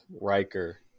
Riker